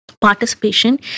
participation